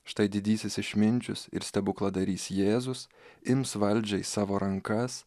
štai didysis išminčius ir stebukladarys jėzus ims valdžią į savo rankas